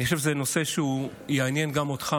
אני חושב שזה נושא שיעניין גם אותך,